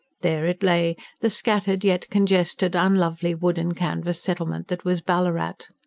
there it lay the scattered, yet congested, unlovely wood and canvas settlement that was ballarat.